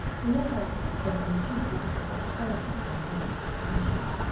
when they hope that a new chief will be able to save them from ruin and shame.